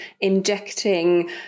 injecting